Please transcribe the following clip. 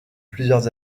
plusieurs